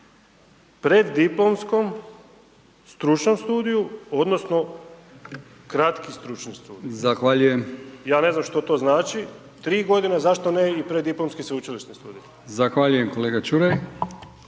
prediplomskom stručnom studiju, odnosno kratki stručni studij. Ja ne znam što to znači tri godine a zašto ne i prediplomski sveučilišni studij. **Brkić, Milijan